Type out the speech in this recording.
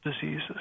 diseases